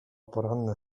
poranne